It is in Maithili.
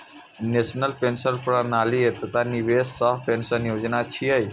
नेशनल पेंशन प्रणाली एकटा निवेश सह पेंशन योजना छियै